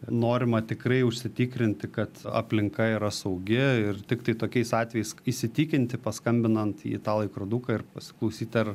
norima tikrai užsitikrinti kad aplinka yra saugi ir tiktai tokiais atvejais įsitikinti paskambinant į tą laikroduką ir pasiklausyti ar